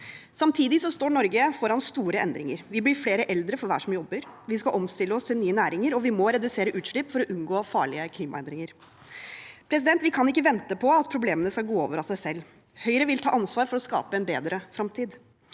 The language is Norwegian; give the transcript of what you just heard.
Samtidig står Norge foran store endringer. Vi blir flere eldre for hver som jobber, vi skal omstille oss til nye næringer, og vi må redusere utslipp for å unngå farlige klimaendringer. Vi kan ikke vente på at problemene skal gå over av seg selv. Høyre vil ta ansvar for å skape en bedre fremtid.